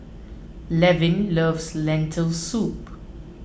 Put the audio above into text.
Levin loves Lentil Soup